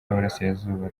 yiburasirazuba